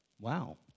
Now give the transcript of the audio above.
Wow